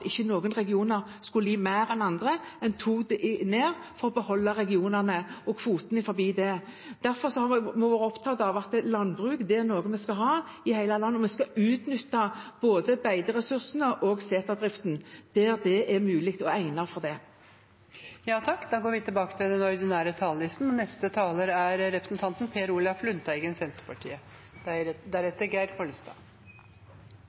regioner skulle lide mer enn andre. En tok det ned for å beholde regionene og kvotene innenfor dette. Derfor har jeg vært opptatt av at vi skal ha landbruk i hele landet, og vi skal utnytte både beiteressursene og seterdriften der det er mulig og egnet for det. Replikkordskiftet er omme. De talere som heretter får ordet, har også en taletid på inntil 3 minutter. Beredskap kommer til å bli viktigere, og